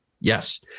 Yes